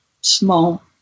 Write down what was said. small